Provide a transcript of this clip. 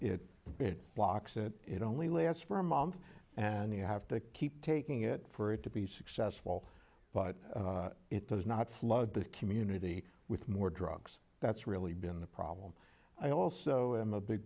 it it blocks it it only lasts for a month and you have to keep taking it for it to be successful but it does not flood the community with more drugs that's really been the problem i also am a big